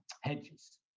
hedges